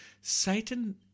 Satan